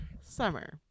Summer